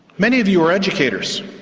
many of you are educators.